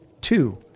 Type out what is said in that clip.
two